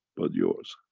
but yours.